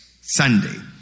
Sunday